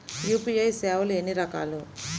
UPI సేవలు ఎన్నిరకాలు?